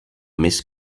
més